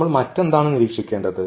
നമ്മൾ മറ്റെന്താണ് നിരീക്ഷിക്കേണ്ടത്